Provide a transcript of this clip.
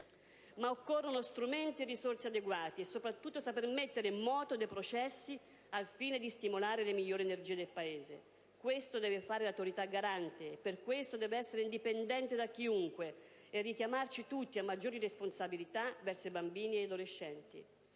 Ma occorrono strumenti e risorse adeguati e soprattutto saper mettere in moto dei processi al fine di stimolare le migliori energie del Paese. Questo deve fare l'Autorità garante e per questo deve essere indipendente da chiunque e richiamarci tutti a maggiori responsabilità verso i bambini e gli adolescenti.